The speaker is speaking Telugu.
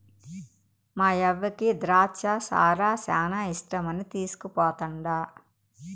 మాయవ్వకి ద్రాచ్చ సారా శానా ఇష్టమని తీస్కుపోతండా